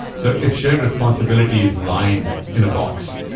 so if shared responsibility is lined in a box,